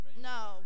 no